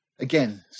Again